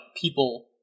people